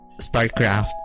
Starcraft